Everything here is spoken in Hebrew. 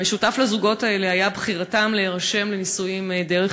המשותף לזוגות האלה היה בחירתם להירשם לנישואים דרך